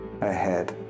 ahead